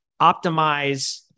optimize